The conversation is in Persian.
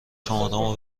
شمارمو